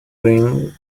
grim